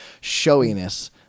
showiness